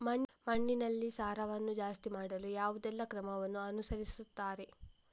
ಮಣ್ಣಿನಲ್ಲಿ ಸಾರವನ್ನು ಜಾಸ್ತಿ ಮಾಡಲು ಯಾವುದೆಲ್ಲ ಕ್ರಮವನ್ನು ಅನುಸರಿಸುತ್ತಾರೆ